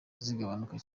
zigabanuka